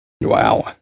Wow